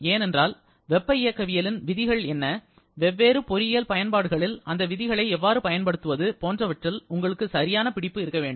ஏனென்றால் வெப்ப இயக்கவியலின் விதிகள் என்ன வெவ்வேறு பொறியியல் பயன்பாடுகளில் அந்த விதிகளை எவ்வாறு பயன்படுத்துவது போன்றவற்றில் உங்களுக்கு சரியான பிடிப்பு இருக்க வேண்டும்